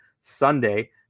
Sunday